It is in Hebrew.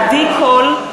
עדי קול?